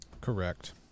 Correct